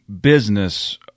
business